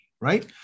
right